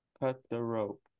Cut-the-rope